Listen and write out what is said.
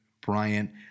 Bryant